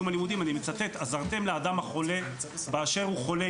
הלימודים אני מצטט: "עזרתם לאדם החולה באשר הוא חולה,